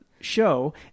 show